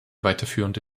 weiterführende